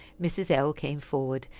mrs. l. came forward,